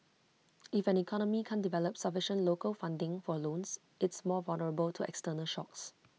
if an economy can't develop sufficient local funding for loans it's more vulnerable to external shocks